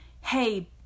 hey